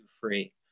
free